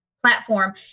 platform